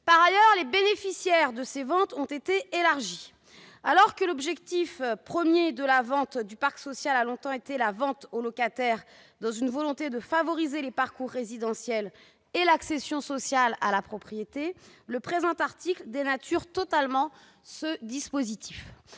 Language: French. Par ailleurs, les bénéficiaires de ces ventes ont été élargis. Alors que le premier objectif de la vente du parc social a longtemps été la vente aux locataires, dans une volonté de favoriser les parcours résidentiels et l'accession sociale à la propriété, le présent article dénature totalement ce dispositif.